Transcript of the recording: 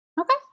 Okay